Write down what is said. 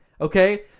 Okay